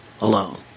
alone